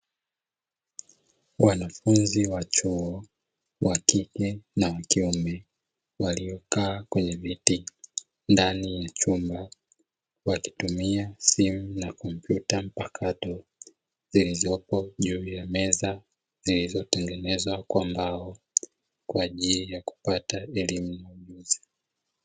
Wanafunzi wa chuo wa kike na wa kiume, waliokaa kwenye viti ndani ya chumba; wakitumia simu na kompyuta mpakato zilizopo juu ya meza, zilizotengenezwa kwa mbao, kwa ajili ya kupata elimu na ujuzi.